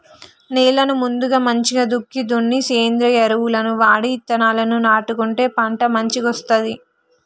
నేలను ముందుగా మంచిగ దుక్కి దున్ని సేంద్రియ ఎరువులను వాడి విత్తనాలను నాటుకుంటే పంట మంచిగొస్తది